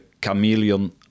chameleon